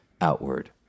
outward